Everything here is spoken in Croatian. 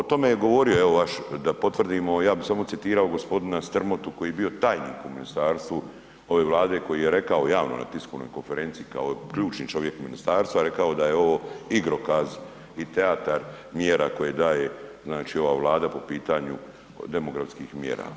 O tome je govorio vaš, da potvrdimo ja bih samo citirao gospodina Strmotu koji je bio tajnik u ministarstvu ove Vlade, koji je rekao javno na tiskovnoj konferenciji kao ključni čovjek ministarstva rekao je da je ovo igrokaz i teatar mjera koje daje ova Vlada po pitanju demografskih mjera.